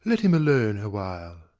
let him alone awhile.